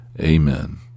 Amen